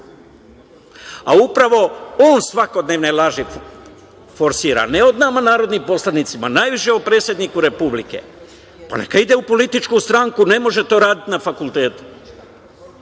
Upravo on svakodnevne laži forsira, ali ne o nama narodnim poslanicima, već najviše o predsedniku Republike. Neka ide u političku stranku. Ne može to raditi na fakultetu. Kako